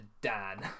Dan